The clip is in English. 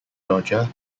georgia